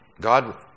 God